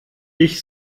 ich